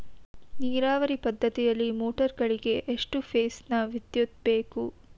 ನೀರಾವರಿ ಪದ್ಧತಿಯಲ್ಲಿ ಮೋಟಾರ್ ಗಳಿಗೆ ಎಷ್ಟು ಫೇಸ್ ನ ವಿದ್ಯುತ್ ಬೇಕು?